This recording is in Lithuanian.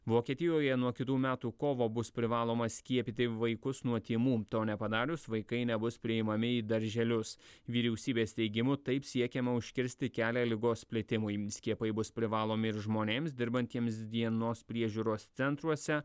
vokietijoje nuo kitų metų kovo bus privaloma skiepyti vaikus nuo tymų to nepadarius vaikai nebus priimami į darželius vyriausybės teigimu taip siekiama užkirsti kelią ligos plitimui skiepai bus privalomi ir žmonėms dirbantiems dienos priežiūros centruose